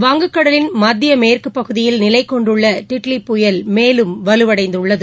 வங்கக்கடலின் மத்திய மேற்குப் பகுதியில் நிலை கொண்டுள்ள டிட்லி புயல் மேலும் வலுவடைந்துள்ளது